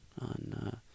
on